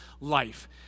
life